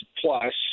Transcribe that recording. plus